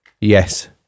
yes